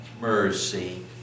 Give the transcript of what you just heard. mercy